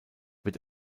wird